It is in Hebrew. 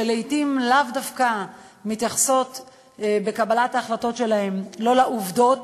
שלעתים לאו דווקא מתייחסות בקבלת ההחלטות שלהן לעובדות,